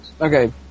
Okay